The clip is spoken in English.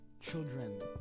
children